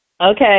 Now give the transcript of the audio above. Okay